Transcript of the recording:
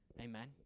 Amen